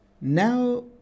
now